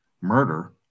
murder